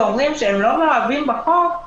ואומרים שהם לא מאוהבים בחוק,